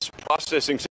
processing